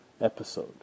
episode